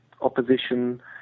opposition